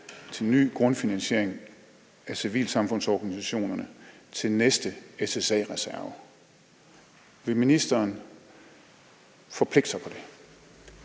til en ny grundfinansiering af civilsamfundsorganisationerne til næste SSA-reserve. Vil ministeren forpligte sig på det?